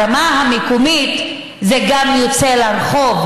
ברמה המקומית זה גם יוצא לרחוב.